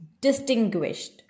distinguished